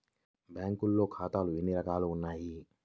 బ్యాంక్లో ఖాతాలు ఎన్ని రకాలు ఉన్నావి?